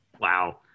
Wow